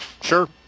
Sure